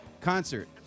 concert